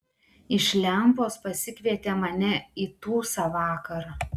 iš lempos pasikvietė mane į tūsą vakar